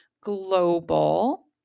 global